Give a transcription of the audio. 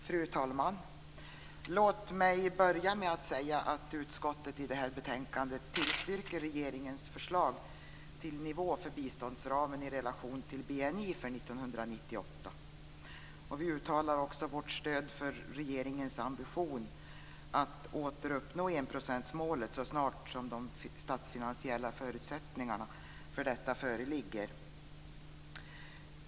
Fru talman! Låt mig börja med att säga att utskottet i det här betänkandet tillstyrker regeringens förslag till nivå för biståndsramen i relation till BNI för 1998. Vi uttalar också vårt stöd för regeringens ambition att åter uppnå enprocentsmålet så snart de statsfinansiella förutsättningarna för detta föreligger.